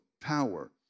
power